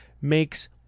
makes